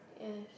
yes